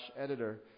editor